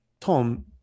Tom